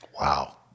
Wow